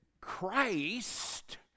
Christ